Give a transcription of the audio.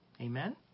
Amen